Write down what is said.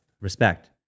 respect